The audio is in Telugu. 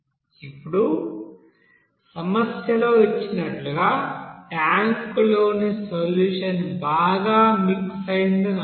ఇప్పుడు సమస్యలో ఇచ్చినట్లుగా ట్యాంక్లోని సొల్యూషన్ బాగా మిక్స్ అయ్యిందని అనుకోండి